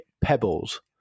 pebbles